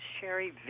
Sherry